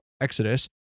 Exodus